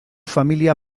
familia